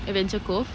adventure cove